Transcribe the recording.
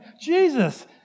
Jesus